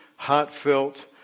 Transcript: heartfelt